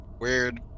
Weird